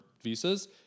visas